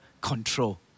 control